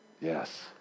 Yes